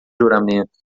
juramento